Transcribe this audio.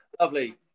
Lovely